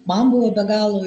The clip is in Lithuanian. man buvo be galo